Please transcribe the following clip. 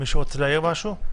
מישהו רוצה להעיר משהו?